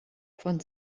von